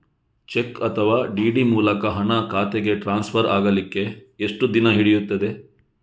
Check ಅಥವಾ DD ಮೂಲಕ ಹಣ ಖಾತೆಗೆ ಟ್ರಾನ್ಸ್ಫರ್ ಆಗಲಿಕ್ಕೆ ಎಷ್ಟು ದಿನ ಹಿಡಿಯುತ್ತದೆ?